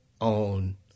on